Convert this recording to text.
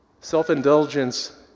Self-indulgence